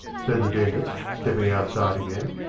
said the dentist, stepping outside again,